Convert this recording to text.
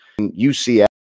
UCF